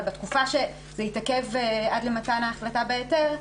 אבל בתקופה שזה התעכב עד למתן ההחלטה בהיתר,